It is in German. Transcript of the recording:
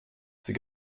sie